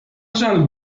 żal